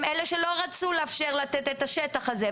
שהם אלה שלא רצו לאפשר לתת את השטח הזה,